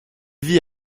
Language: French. vit